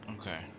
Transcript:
Okay